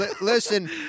Listen